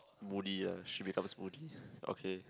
moody ah she becomes moody okay